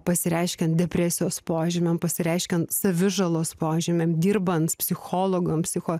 pasireiškiant depresijos požymiam pasireiškiant savižalos požymiam dirbant psichologams psicho